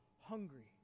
hungry